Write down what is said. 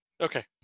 okay